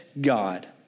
God